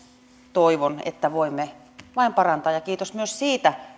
toivon että voimme vain parantaa kiitos myös siitä